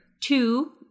two